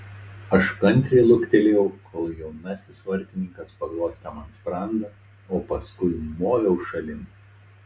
aš kantriai luktelėjau kol jaunasis vartininkas paglostė man sprandą o paskui moviau šalin